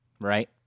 right